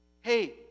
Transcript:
Hey